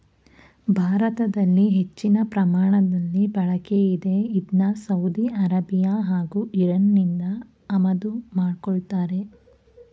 ಭಾರತದಲ್ಲಿ ಹೆಚ್ಚಿನ ಪ್ರಮಾಣದಲ್ಲಿ ಬಳಕೆಯಿದೆ ಇದ್ನ ಸೌದಿ ಅರೇಬಿಯಾ ಹಾಗೂ ಇರಾನ್ನಿಂದ ಆಮದು ಮಾಡ್ಕೋತಾರೆ